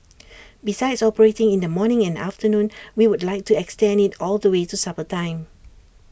besides operating in the morning in the afternoon we would like to extend IT all the way to supper time